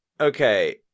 okay